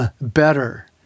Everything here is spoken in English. better